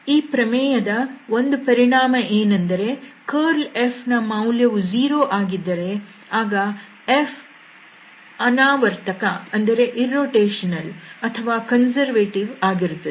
ಈ ಪ್ರಮೇಯದ ಒಂದು ಪರಿಣಾಮ ಏನೆಂದರೆ ಕರ್ಲ್ F ನ ಮೌಲ್ಯವು 0 ಆಗಿದ್ದರೆ ಆಗ F ಅನಾವರ್ತಕ ಅಥವಾ ಕನ್ಸರ್ವೇಟಿವ್ ಆಗಿರುತ್ತದೆ